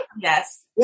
Yes